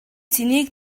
цэнийг